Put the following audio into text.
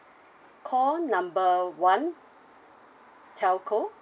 call number one telco